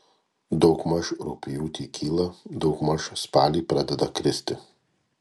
daugmaž rugpjūtį kyla daugmaž spalį pradeda kristi